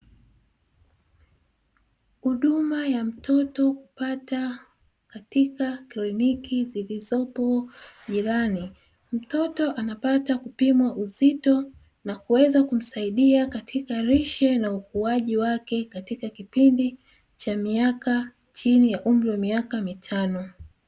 Huduma ya mtoto kupata katika kliniki zilizopo jirani, mtoto anapata kupimwa uzito na kuweza kumsaidia katika lishe na ukuaji wake katika kipindi cha miaka chini ya umri wa miaka mitano.